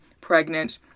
pregnant